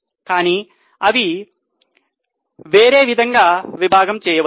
కానీ అవి వేరే విధంగా విభాగము చేయవచ్చు